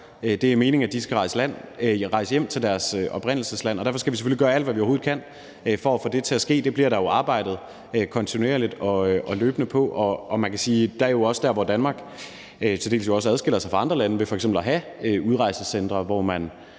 Det er meningen, at de skal rejse hjem til deres oprindelsesland, og derfor skal vi selvfølgelig gøre alt, hvad vi overhovedet kan, for at få det til at ske. Det bliver der jo arbejdet kontinuerligt og løbende på. Det er jo også der, hvor Danmark til dels også adskiller sig fra andre lande, altså ved f.eks. at have udrejsecentre, hvor man